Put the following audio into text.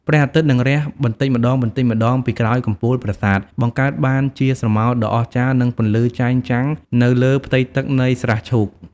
ព្រះអាទិត្យនឹងរះបន្តិចម្តងៗពីក្រោយកំពូលប្រាសាទ បង្កើតបានជាស្រមោលដ៏អស្ចារ្យនិងពន្លឺចែងចាំងនៅលើផ្ទៃទឹកនៃស្រះឈូក។